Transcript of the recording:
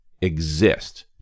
exist